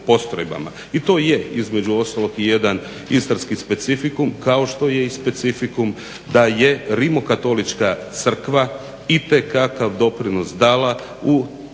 i to i je između ostalog i jedan istarski specifikum kao što je i specifikum da je Rimokatolička crkva itekakav doprinos dala u